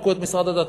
פירקו את משרד הדתות,